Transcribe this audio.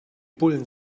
bullen